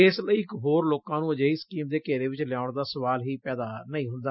ਇਸ ਲਈ ਹੋਰ ਲੱਕਾਂ ਨੂੰ ਅਜਿਹੀ ਸਕੀਮ ਦੇ ਘੇਰੇ ਵਿੱਚ ਲਿਆਉਣ ਦਾ ਸਵਾਲ ਹੀ ਪੈਦਾ ਨਹੀ ਹੁੰਦਾ